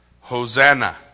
Hosanna